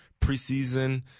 preseason